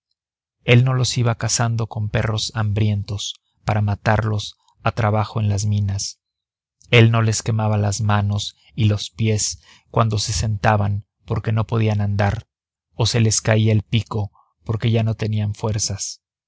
él no los iba cazando con perros hambrientos para matarlos a trabajo en las minas él no les quemaba las manos y los pies cuando se sentaban porque no podían andar o se les caía el pico porque ya no tenían fuerzas